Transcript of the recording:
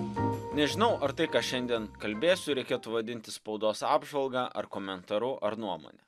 nežinau ar tai ką šiandien kalbėsiu reikėtų vadinti spaudos apžvalga ar komentaru ar nuomone